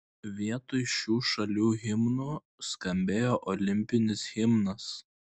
vietoj šių šalių himnų skambėjo olimpinis himnas